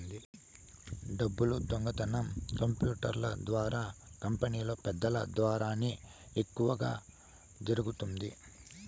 డబ్బులు దొంగతనం కంప్యూటర్ల ద్వారా కంపెనీలో పెద్దల ద్వారానే ఎక్కువ జరుగుతుంది